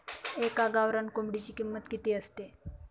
एका गावरान कोंबडीची किंमत किती असते?